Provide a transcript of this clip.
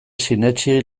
sinetsi